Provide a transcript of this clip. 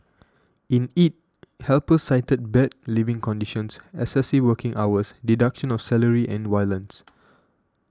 in it helpers cited bad living conditions excessive working hours deduction of salary and violence